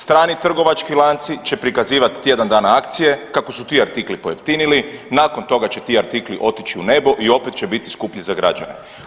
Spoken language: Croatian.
Strani trgovački lanci će prikazivat tjedan dana akcije kako su ti artikli pojeftinili, nakon toga će ti artikli otići u nebo i opet će biti skuplji za građane.